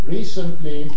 Recently